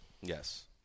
Yes